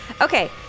Okay